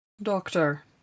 Doctor